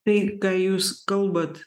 tai ką jūs kalbat